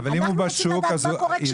אנחנו רוצים לדעת מה קורה כשזה קורה --- היא